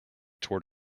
toward